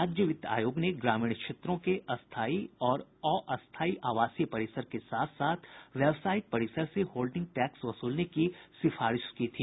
राज्य वित्त आयोग ने ग्रामीण क्षेत्रों के स्थायी और अस्थायी आवासीय परिसर के साथ साथ व्यावसायिक परिसर से होल्डिंग टैक्स वसूलने की सिफारिश की थी